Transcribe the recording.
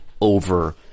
over